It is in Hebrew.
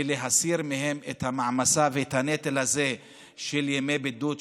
ולהסיר מהם את המעמסה ואת הנטל הזה של ימי בידוד,